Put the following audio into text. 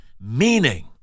meaning